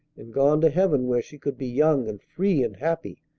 and gone to heaven where she could be young and free and happy.